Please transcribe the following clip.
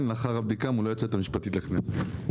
לאחר הבדיקה מול היועצת המשפטית לכנסת.